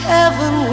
Heaven